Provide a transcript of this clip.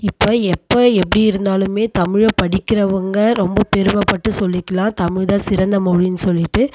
இப்போ எப்போ எப்படி இருந்தாலும் தமிழை படிக்கிறவங்க ரொம்ப பெருமை பட்டு சொல்லிக்கலாம் தமிழ்தான் சிறந்த மொழினு சொல்லிட்டு